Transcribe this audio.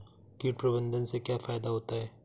कीट प्रबंधन से क्या फायदा होता है?